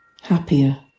happier